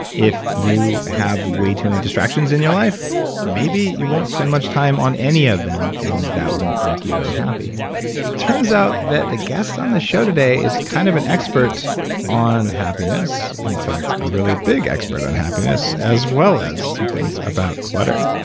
if you have way too many distractions in your life maybe you won't spend much time on any of them, and that won't make you very happy it turns out that the guest on the show today is kind of an expert on happiness, in fact a really big expert on happiness, as well as some things about clutter.